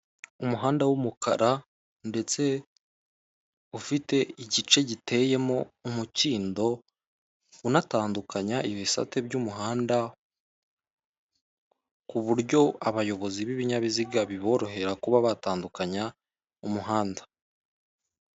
Umuhanda w'umukara ndetse ufite igice giteyemo umukindo, unatandukanya ibisate by'umuhanda ku buryo abayobozi b'ibinyabiziga biborohera kuba batandukanya umuhanda.